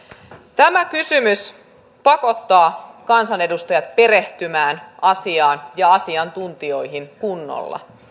tämä kysymys pakottaa kansanedustajat perehtymään asiaan ja asiantuntijoihin kunnolla